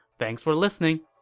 thanks for listening